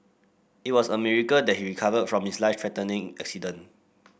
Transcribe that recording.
it was a miracle that he recovered from his life threatening accident